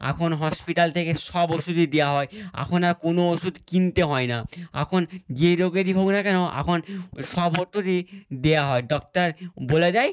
এখন হসপিটাল থেকে সব ওষুদই দেওয়া হয় এখন আর কোনো ওষুদ কিনতে হয় না এখন যে রোগেরই হোক না কেন এখন সব ওতুরই দেওয়া হয় ডাক্তার বলে দেয়